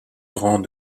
grand